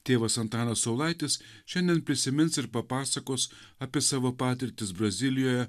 tėvas antanas saulaitis šiandien prisimins ir papasakos apie savo patirtis brazilijoje